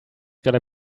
gotta